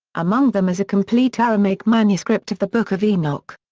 among them is a complete aramaic manuscript of the book of enoch.